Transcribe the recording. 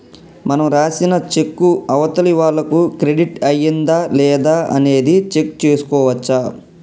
మనం రాసిన చెక్కు అవతలి వాళ్లకు క్రెడిట్ అయ్యిందా లేదా అనేది చెక్ చేసుకోవచ్చు